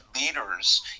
leaders